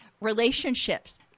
relationships